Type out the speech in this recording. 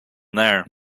there